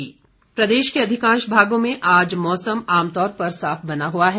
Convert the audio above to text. मौसम प्रदेश के अधिकांश भागों में आज मौसम आमतौर पर साफ बना हुआ है